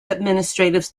administrative